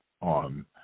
on